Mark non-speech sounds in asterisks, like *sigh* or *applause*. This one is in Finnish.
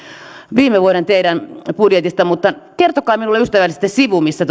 viime vuoden budjetistanne mutta kertokaa minulle ystävällisesti sivu missä *unintelligible*